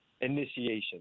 initiation